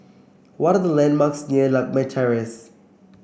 what are the landmarks near Lakme Terrace